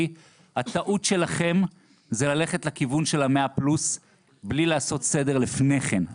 הטעות שלכם זה ללכת לכיוון של ה-100 פלוס בלי לעשות סדר לפני כן.